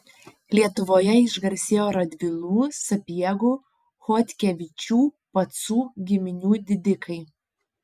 lietuvoje išgarsėjo radvilų sapiegų chodkevičių pacų giminių didikai